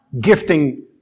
gifting